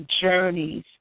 journeys